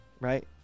right